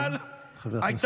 חבר הכנסת כסיף.